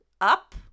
up